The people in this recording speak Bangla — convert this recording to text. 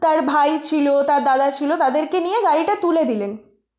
তার ভাই ছিলো তার দাদা ছিলো তাদেরকে নিয়ে গাড়িটা তুলে দিলেন